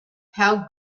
how